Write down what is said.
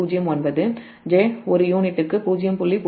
09 j ஒரு யூனிட்டுக்கு 0